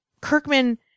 Kirkman